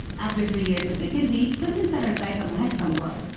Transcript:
after three years with mckinsey, clinton set her sights on the hedge fund world.